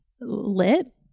lit